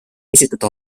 esitada